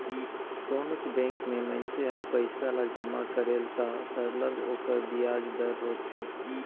कोनोच बंेक में मइनसे हर पइसा ल जमा करेल त सरलग ओकर बियाज दर होथे